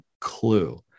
clue